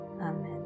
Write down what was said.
Amen